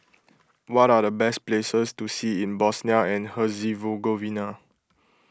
what are the best places to see in Bosnia and Herzegovina